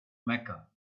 mecca